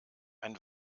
ein